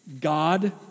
God